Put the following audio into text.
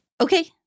Okay